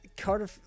Carter